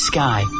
Sky